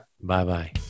Bye-bye